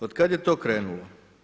Od kada je to krenulo?